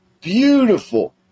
Beautiful